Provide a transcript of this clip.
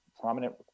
prominent